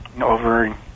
over